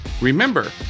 Remember